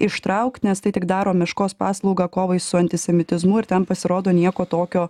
ištraukt nes tai tik daro meškos paslaugą kovai su antisemitizmu ir ten pasirodo nieko tokio